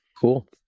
Cool